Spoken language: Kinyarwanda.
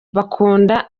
bakunda